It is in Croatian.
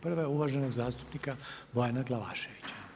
Prva je uvaženog zastupnika Bojana Glavaševića.